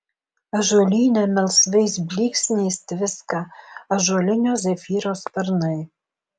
ąžuolyne melsvais blyksniais tviska ąžuolinio zefyro sparnai